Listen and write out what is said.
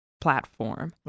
platform